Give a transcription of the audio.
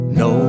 no